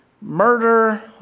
murder